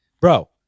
bro